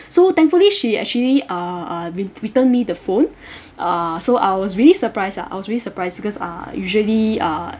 so thankfully she actually uh uh re~ return me the phone uh so I was really surprised ah I was really surprised because uh usually uh